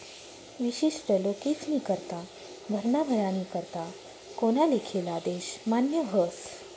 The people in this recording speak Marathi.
विशिष्ट लोकेस्नीकरता भरणा करानी करता कोना लिखेल आदेश मान्य व्हस